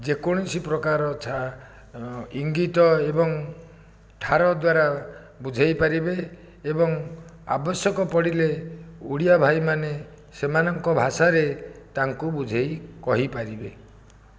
ଯେକୌଣସି ପ୍ରକାର ଛା ଇଙ୍ଗିତ ଏବଂ ଠାର ଦ୍ୱାରା ବୁଝାଇ ପାରିବେ ଏବଂ ଆବଶ୍ୟକ ପଡ଼ିଲେ ଓଡ଼ିଆ ଭାଇମାନେ ସେମାନଙ୍କ ଭାଷାରେ ତାଙ୍କୁ ବୁଝାଇ କହିପାରିବେ